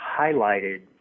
highlighted